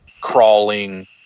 crawling